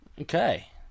Okay